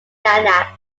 nanak